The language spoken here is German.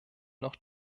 noch